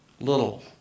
Little